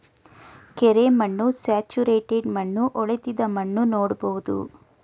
ಕೆರೆ ಮಣ್ಣು, ಸ್ಯಾಚುರೇಟೆಡ್ ಮಣ್ಣು, ಹೊಳೆತ್ತಿದ ಮಣ್ಣು ನೋಡ್ಬೋದು